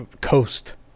coast